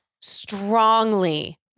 strongly